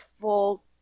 full